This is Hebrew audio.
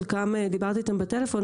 חלקם דיברתי איתם בטלפון.